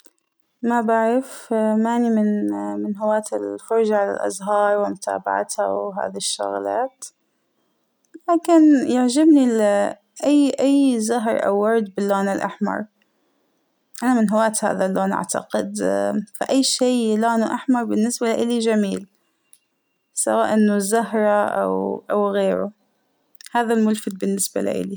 ما بعرف مانى من هواة الفرجة على الأزهار ومتابعتها وهذى الشغلات ، لكن يعجبنى ال -أى زهر أو ورد باللون الأحمر ، أنا من هواة هذا اللون أعتقد فأى شى لونه أحمر بالنسبة لإلى جميل سواء إنه زهرة أو غيره هذا الملفت بالنسبة لإلى.